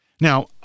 Now